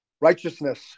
righteousness